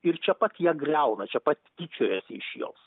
ir čia pat ją griauna čia pat tyčiojasi iš jos